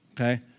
okay